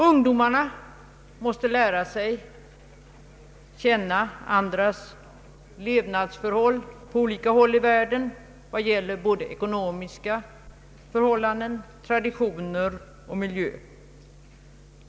Ungdomarna måste lära sig att känna andras levnadsvillkor på olika håll i världen både när det gäller ekonomiska förhållanden, traditioner och miljö.